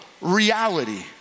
reality